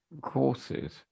courses